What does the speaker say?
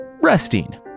resting